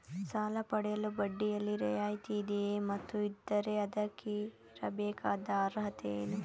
ಸಾಲ ಪಡೆಯಲು ಬಡ್ಡಿಯಲ್ಲಿ ರಿಯಾಯಿತಿ ಇದೆಯೇ ಮತ್ತು ಇದ್ದರೆ ಅದಕ್ಕಿರಬೇಕಾದ ಅರ್ಹತೆ ಏನು?